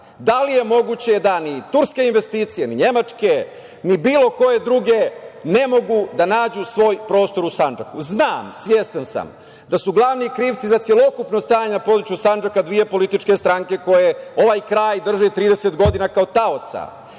Da li je moguće da ni turske investicije, ni nemačke ni bilo koje druge ne mogu da nađu svoj prostor u Sandžaku? Znam, svestan sam da su glavni krivci za celokupno stanje na području Sandžaka dve političke stranke koje ovaj kraj drže 30 godina kao taoca,